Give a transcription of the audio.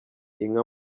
inka